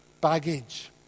baggage